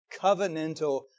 covenantal